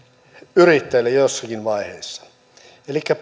yrittäjälle jossakin vaiheessa elikkä